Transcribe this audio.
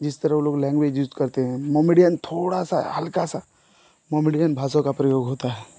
जिस तरह वे लोग लैंग्वेज यूज़ करते हैं मोमेडियन थोड़ा सा हल्का सा मोमेडियन भाषा का प्रयोग होता है